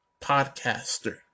podcaster